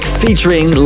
featuring